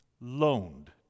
loaned